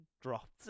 dropped